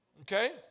Okay